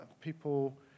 people